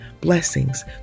blessings